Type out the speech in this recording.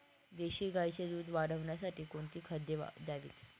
देशी गाईचे दूध वाढवण्यासाठी कोणती खाद्ये द्यावीत?